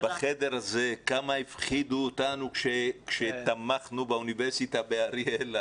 כמה הפחידו אותנו בחדר הזה כשתמכנו באוניברסיטה באריאל.